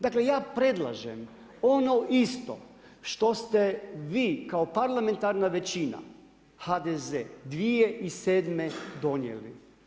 Dakle ja predlažem ono isto što ste vi kao parlamentarna većina HDZ 2007. donijeli.